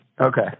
Okay